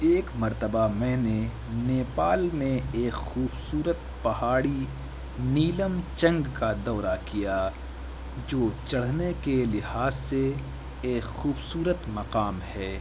ایک مرتبہ میں نے نیپال میں ایک خوبصورت پہاڑی نیلم چنگ کا دورہ کیا جو چڑھنے کے لحاظ سے ایک خوبصورت مقام ہے